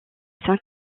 saint